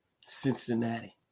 Cincinnati